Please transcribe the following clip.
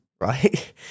right